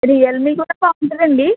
Realme కూడా బాగుంటుందండి